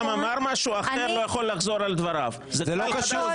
יש ארבע טענות לנושא חדש, נתחיל עם הראשונה,